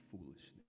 foolishness